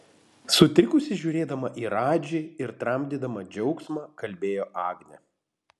sutrikusi žiūrėdama į radži ir tramdydama džiaugsmą kalbėjo agnė